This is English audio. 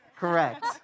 Correct